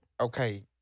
Okay